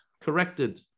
corrected